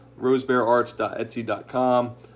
rosebeararts.etsy.com